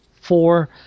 four